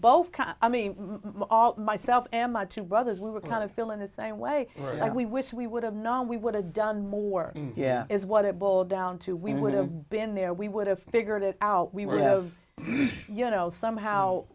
both i mean myself and my two brothers we were kind of feeling the same way that we wish we would have not we would have done more yeah is what it boiled down to we would have been there we would have figured it out we would have you know somehow